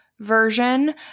Version